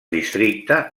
districte